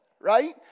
right